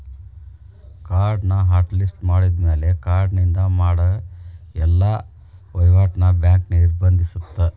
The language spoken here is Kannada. ಕಾರ್ಡ್ನ ಹಾಟ್ ಲಿಸ್ಟ್ ಮಾಡಿದ್ಮ್ಯಾಲೆ ಕಾರ್ಡಿನಿಂದ ಮಾಡ ಎಲ್ಲಾ ವಹಿವಾಟ್ನ ಬ್ಯಾಂಕ್ ನಿರ್ಬಂಧಿಸತ್ತ